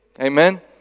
Amen